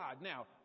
Now